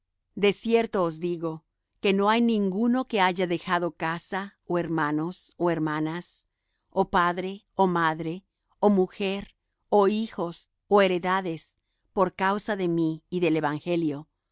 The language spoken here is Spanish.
cierto os digo que no hay ninguno que haya dejado casa ó hermanos ó hermanas ó padre ó madre ó mujer ó hijos ó heredades por causa de mí y del evangelio